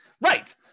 Right